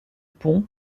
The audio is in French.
ponts